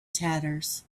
tatters